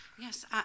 Yes